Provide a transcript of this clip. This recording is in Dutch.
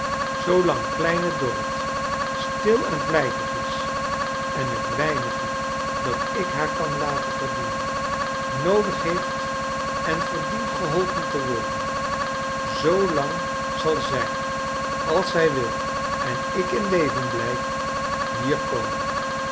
kleine dorrit stil en vlijtig is en het weinige dat i k haar kan laten verdienen noodig heeft en verdient geholpen te worden zoo lang zal zij als zij wil en ik in leven blrjf hier komen